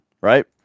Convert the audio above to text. right